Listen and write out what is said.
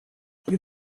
you